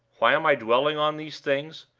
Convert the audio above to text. why am i dwelling on these things?